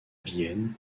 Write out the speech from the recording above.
vienne